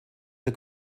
der